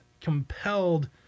compelled